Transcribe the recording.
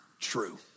true